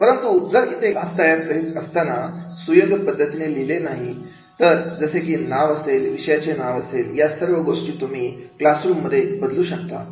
परंतु जर येथे क्लास तयार करीत असताना सुयोग्य पद्धतीने लिहिले नाही तर जसे की नाव असेल विषयाचे नाव असेल या सर्व गोष्टी तुम्ही क्लास रूम मध्ये बदलू शकता